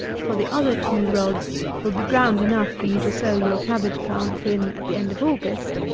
for the other two rods will be ground enough for you to sow your cabbage plants in at the end of august,